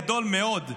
גדול מאוד.